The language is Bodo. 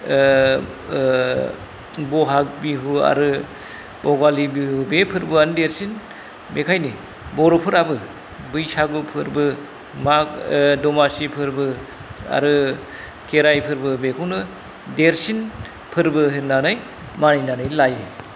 बहाग बिहु आरो भगालि बिहु बे फोरबोआनो देरसिन बेखायनो बर'फोराबो बैसागु फोरबो माग दमासि फोरबो आरो खेराइ फोरबो बेखौनो देरसिन फोरबो होननानै मानिनानै लायो